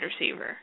receiver